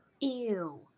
Ew